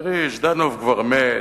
תראי, ז'דנוב כבר מת,